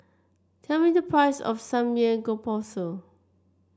tell me the price of Samgeyopsal